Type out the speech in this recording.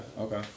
Okay